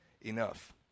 enough